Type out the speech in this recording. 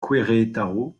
querétaro